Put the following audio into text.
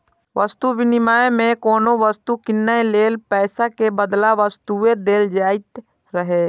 वस्तु विनिमय मे कोनो वस्तु कीनै लेल पैसा के बदला वस्तुए देल जाइत रहै